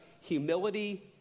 humility